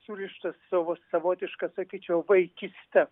surištas savo savotiška sakyčiau vaikyste